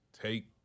take